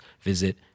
visit